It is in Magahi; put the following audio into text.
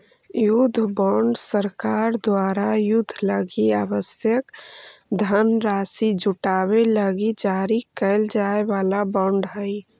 युद्ध बॉन्ड सरकार द्वारा युद्ध लगी आवश्यक धनराशि जुटावे लगी जारी कैल जाए वाला बॉन्ड हइ